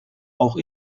auch